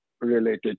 related